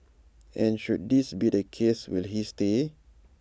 and should this be the case will he stay